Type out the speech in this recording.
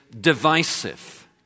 divisive